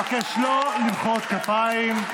בעד, 25, נגד, 24. אני מבקש לא למחוא כפיים.